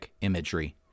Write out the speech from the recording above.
imagery